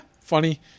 funny